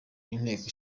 inteko